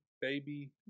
Baby